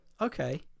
okay